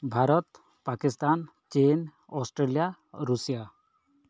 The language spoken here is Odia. ଭାରତ ପାକିସ୍ତାନ ଚୀନ୍ ଅଷ୍ଟ୍ରେଲିଆ ଋଷିଆ